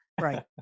Right